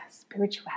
Spirituality